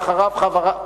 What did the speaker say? לא הצבענו, אדוני.